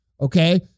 Okay